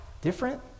different